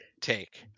take